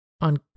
on